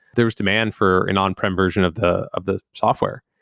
there is demand for an on-prem version of the of the software,